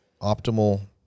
optimal